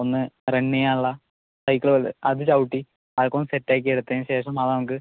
ഒന്ന് റൺ ചെയ്യാനുള്ള സൈക്കിളുകൾ അത് ചവിട്ടി അതൊക്കെ ഒന്ന് സെറ്റ് ആക്കി എടുത്തതിനു ശേഷം മാത്രം നമുക്ക്